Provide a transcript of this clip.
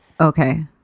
Okay